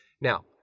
Now